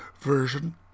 version